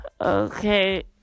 Okay